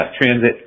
transit